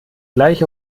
gleich